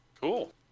cool